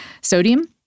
sodium